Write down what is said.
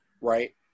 right